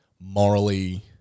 morally